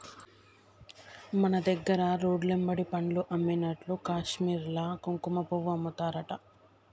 మన దగ్గర రోడ్లెమ్బడి పండ్లు అమ్మినట్లు కాశ్మీర్ల కుంకుమపువ్వు అమ్ముతారట